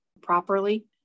properly